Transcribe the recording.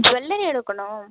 jewellery எடுக்கணும்